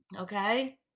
Okay